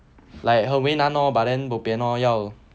like 很为难 lor but then bo bian lor 要